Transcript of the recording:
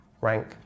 rank